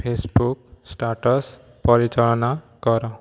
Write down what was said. Facebook status ପରିଚାଳନା କର